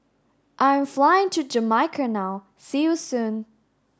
I am flying to Jamaica now see you soon